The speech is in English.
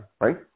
right